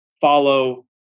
follow